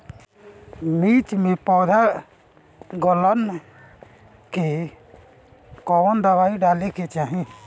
मिर्च मे पौध गलन के कवन दवाई डाले के चाही?